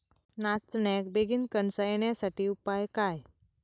नाचण्याक बेगीन कणसा येण्यासाठी उपाय काय?